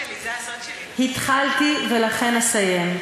התחלתי ולכן אסיים.